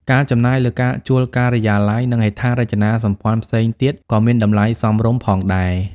ការចំណាយលើការជួលការិយាល័យ និងហេដ្ឋារចនាសម្ព័ន្ធផ្សេងទៀតក៏មានតម្លៃសមរម្យផងដែរ។